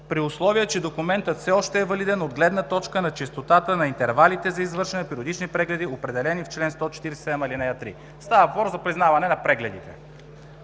при условие че документът все още е валиден от гледна точка на честотата на интервалите за извършване на периодичните прегледи, определени в чл. 147, ал. 3“.“ Става въпрос за признаване на прегледите.